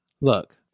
Look